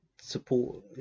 support